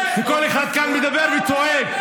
כל אחד כאן מדבר וצועק.